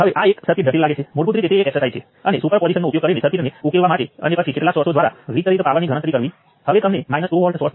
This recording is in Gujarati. તેથી આ છે નોડલ એનાલિસિસ સેટઅપમાં થતા ફેરફારો